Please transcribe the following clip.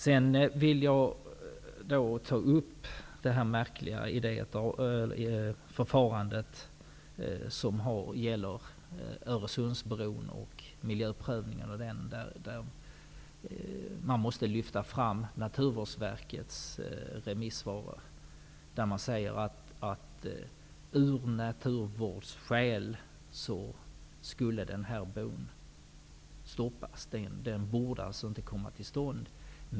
Sedan vill jag ta upp det märkliga förfarandet med miljöprövningen av Öresundsbron. Man måste lyfta fram Naturvårdsverkets remissvar, där det sägs att av naturvårdsskäl bör brobygget stoppas. Bron borde inte komma till stånd.